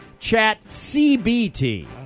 ChatCBT